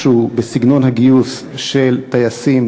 משהו בסגנון הגיוס של טייסים